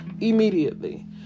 immediately